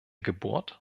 geburt